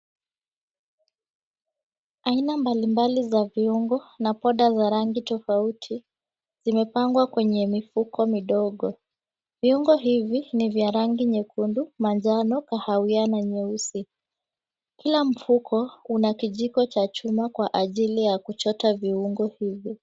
Aina mbalimbali za viungo na poda rangi tofauti zimepangwa kwenye mifuko midogo. Viungo hivi ni vya rangi nyekundu, manjano, kahawia na nyeusi. Kila mfuko una kijiko cha chuma kwa ajili ya kuchota viungo hivyo.